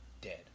dead